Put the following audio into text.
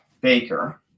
Baker